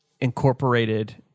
incorporated